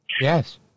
Yes